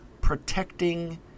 protecting